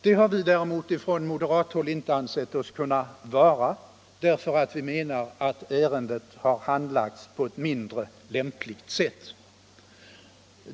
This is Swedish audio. Det har vi från moderat håll däremot inte ansett oss kunna vara därför att vi menar att ärendet har handlagts på ett mindre lämpligt sätt.